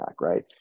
right